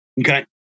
Okay